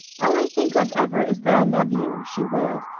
all i think of ever is that i love you, she wailed.